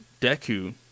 Deku